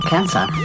Cancer